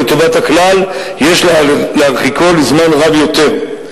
ולטובת הכלל יש להרחיקו לזמן רב יותר.